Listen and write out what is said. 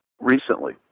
recently